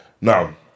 Now